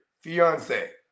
fiance